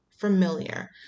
familiar